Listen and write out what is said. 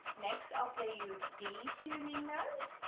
next i'll play you a d tuning note